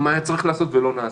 ומה היה צריך לעשות ולא נעשה.